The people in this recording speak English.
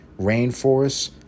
rainforest